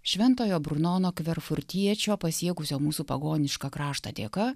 šventojo brunono kverfurtiečio pasiekusio mūsų pagonišką kraštą dėka